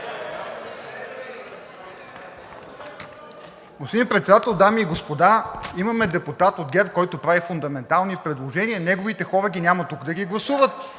Господин Председател, дами и господа, имаме депутат от ГЕРБ, който прави фундаментални предложения, а неговите хора ги няма тук да ги гласуват.